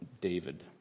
David